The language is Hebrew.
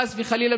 חס וחלילה,